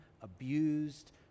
abused